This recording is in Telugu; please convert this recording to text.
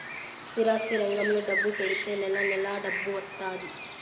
స్థిరాస్తి రంగంలో డబ్బు పెడితే నెల నెలా డబ్బు వత్తాది